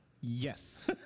Yes